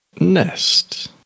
Nest